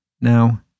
Now